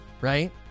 right